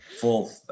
Full